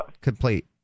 complete